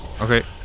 Okay